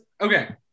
okay